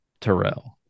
Terrell